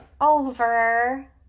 over